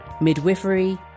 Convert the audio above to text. midwifery